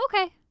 okay